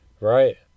Right